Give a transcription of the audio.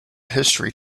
history